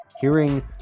hearing